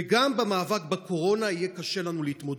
וגם במאבק בקורונה יהיה קשה לנו להתמודד.